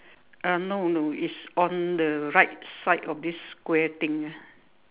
uh no no it's on the right side of this square thing ah